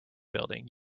building